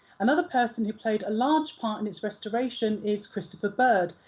another person who played a large part in its restoration is christopher bird,